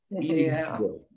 eating